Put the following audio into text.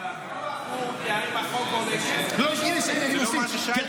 אבל הוויכוח הוא אם החוק עולה כסף --- זה לא מה ששאלתי.